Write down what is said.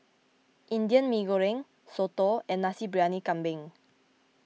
Indian Mee Goreng Soto and Nasi Briyani Kambing